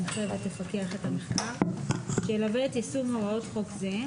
תנחה ותפקח על המחקר שילווה את יישום הוראות חוק זה,